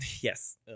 Yes